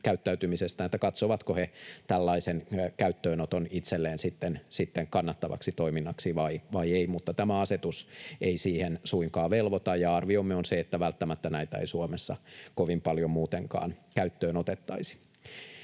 katsovatko he tällaisen käyttöönoton itselleen sitten kannattavaksi toiminnaksi vai eivät, mutta tämä asetus ei siihen suinkaan velvoita. Arviomme on se, että välttämättä näitä ei Suomessa kovin paljon muutenkaan käyttöön otettaisi.